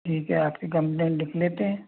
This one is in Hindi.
ठीक है आपकी कंप्लेंट लिख लेते हैं